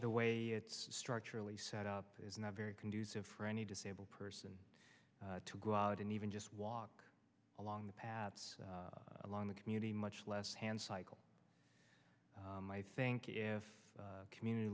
the way it's structurally set up is not very conducive for any disabled person to go out and even just walk along the paths along the community much less hand cycle i think if community